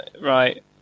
right